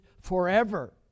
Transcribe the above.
forever